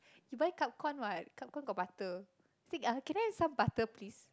you buy cup corn what cup corn got butter say ah can I have some butter please